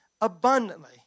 abundantly